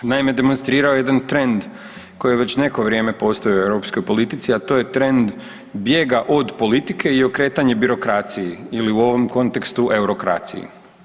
Naime, demonstrirao je jedan trend koji već neko vrijeme postoji u europskoj politici, a to je trend bijega od politike i okretanje birokraciji ili u ovom kontekstu eurokraciji.